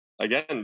again